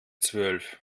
zwölf